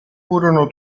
furono